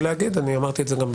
נכון,